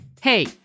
Hey